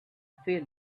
feel